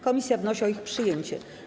Komisja wnosi o ich przyjęcie.